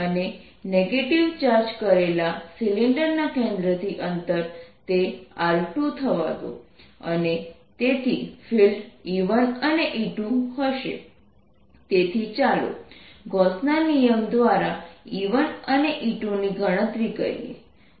અને negative charge કરેલા સિલિન્ડરના કેન્દ્રથી અંતર તે R2 થવા દો અને તેથી ફિલ્ડ E1 અને E2 હશે તેથી ચાલો ગોસના નિયમ Gauss's law દ્વારા E1 અને E2 ની ગણતરી કરીએ